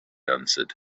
answered